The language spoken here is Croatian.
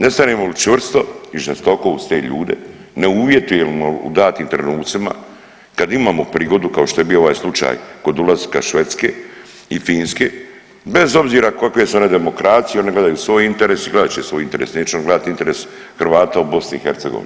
Ne stanemo li čvrsto i žestoko uz te ljude, ne uvjetujemo li u datim trenucima kad imamo prigodu kao što je bio ovaj slučaj kod ulaska Švedske i Finske bez obzira kakve su one demokracije one gledaju svoj interes i gledat će svoj interes, neće oni gledat interes Hrvata u BiH.